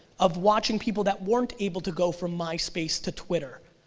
of watching people that weren't able to go from myspace to twitter,